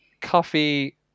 Coffee